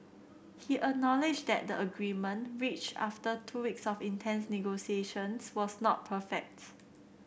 he acknowledged that the agreement reached after two weeks of intense negotiations was not perfect